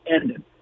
ended